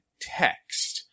text